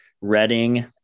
Reading